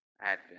Advent